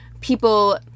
people